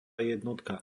jednotka